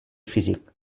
físic